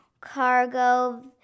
cargo